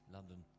London